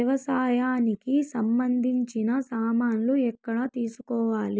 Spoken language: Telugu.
వ్యవసాయానికి సంబంధించిన సామాన్లు ఎక్కడ తీసుకోవాలి?